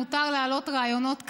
מותר להעלות רעיונות כאלה.